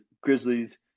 Grizzlies